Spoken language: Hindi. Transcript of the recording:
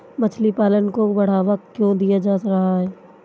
मछली पालन को बढ़ावा क्यों दिया जा रहा है?